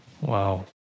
Wow